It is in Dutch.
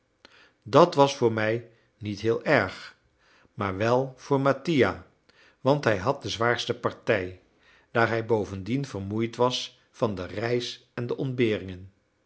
dat was voor mij niet heel erg maar wel voor mattia want hij had de zwaarste partij daar hij bovendien vermoeid was van de reis en de ontberingen